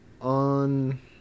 On